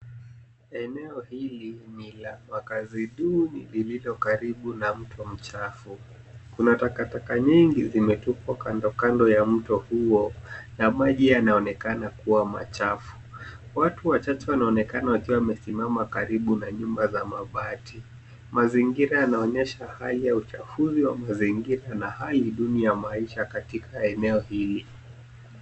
Eneo hili ni la makazi duni lililo karibu na mto mchafu. Kuna takataka nyingi zimetupwa kando kando ya mto huo, na maji yanaonekana kuwa machafu. Watu wachache wanaonekana wakiwa wamesimama karibu na nyumba za mabati. Mazingira yanaonesha hali ya uchafuzi wa mazingira na hali duni ya maisha katika eneo hili.